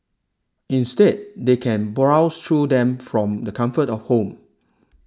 instead they can browse through them from the comfort of home